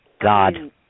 God